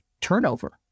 turnover